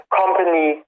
company